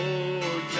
Lord